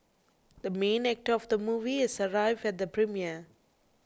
the main actor of the movie has arrived at the premiere